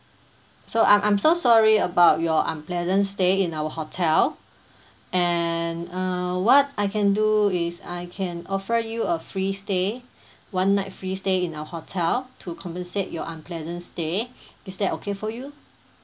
so I'm I'm so sorry about your unpleasant stay in our hotel and err what I can do is I can offer you a free stay one night free stay in our hotel to compensate your unpleasant stay is that okay for you